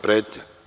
Pretnja?